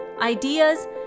ideas